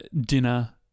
dinner